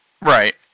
Right